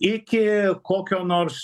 iki kokio nors